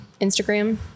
Instagram